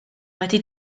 wedi